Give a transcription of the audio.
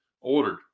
ordered